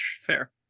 fair